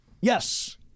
Yes